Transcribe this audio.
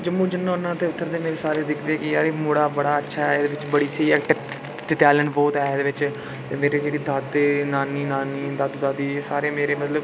जम्मू जन्ना होन्नां ते उद्धर दे मेरे सारे दिखदे कि एह् यार मुड़ा बड़ा अच्छा ऐ एह्दे च बड़ी स्हेई टैलैंट बहुत ऐ एह्दे बिच्च ते मरे जेह्ड़े दादे नाना नानी दादू दादी एह् सारे मेरे मतलाब